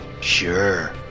Sure